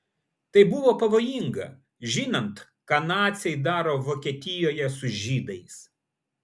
tai buvo pavojinga žinant ką naciai daro vokietijoje su žydais